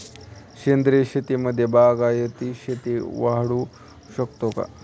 सेंद्रिय शेतीमध्ये बागायती शेती वाढवू शकतो का?